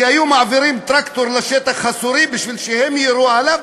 כי היו מעבירים טרקטור לשטח הסורי בשביל שהם יירו עליו,